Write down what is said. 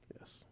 Yes